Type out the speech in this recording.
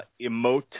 emote